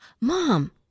Mom